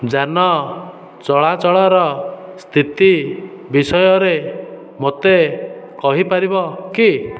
ଯାନ ଚଳାଚଳର ସ୍ଥିତି ବିଷୟରେ ମୋତେ କହିପାରିବ କି